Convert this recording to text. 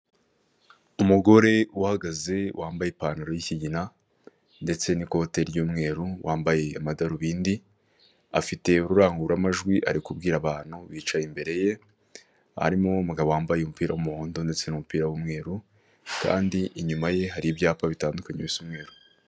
Umugore uhagaze wambaye ipantaro y'ikigina ndetse n'ikote ry'umweru wambaye amadarubindi, afite ururangururamajwi ari kubwira abantu bicaye imbere ye, harimo umugabo wambaye umupira w'umuhondo ndetse n'umupira w'umweru kandi inyuma ye hari ibyapa bitandukanye bisa umweru.